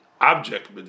object